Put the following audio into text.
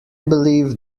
believe